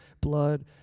blood